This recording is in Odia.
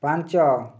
ପାଞ୍ଚ